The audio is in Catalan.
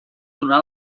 donà